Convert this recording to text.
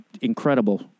incredible